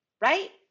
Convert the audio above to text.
right